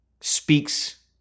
speaks